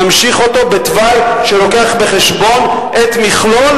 נמשיך אותו בתוואי שמביא בחשבון את מכלול